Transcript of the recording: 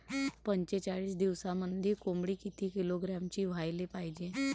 पंचेचाळीस दिवसामंदी कोंबडी किती किलोग्रॅमची व्हायले पाहीजे?